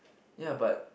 ya but